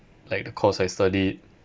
like the course I studied